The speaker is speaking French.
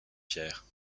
pierre